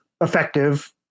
effective